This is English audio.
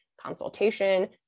consultation